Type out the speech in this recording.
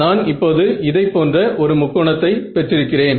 நான் இப்போது இதைப்போன்ற ஒரு முக்கோணத்தை பெற்றிருக்கிறேன்